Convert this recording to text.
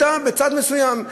ולנקוט עמדה בצד מסוים.